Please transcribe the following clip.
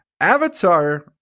Avatar